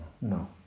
No